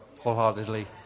wholeheartedly